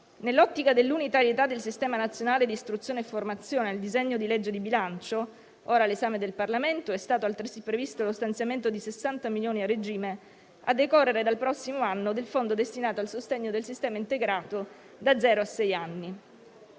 Nell'ottica dell'unitarietà del sistema nazionale di istruzione e formazione nel disegno di legge di bilancio, ora all'esame del Parlamento, è stato altresì previsto lo stanziamento di 60 milioni di euro a regime, a decorrere dal prossimo anno, del fondo destinato al sostegno del sistema integrato da zero a sei anni.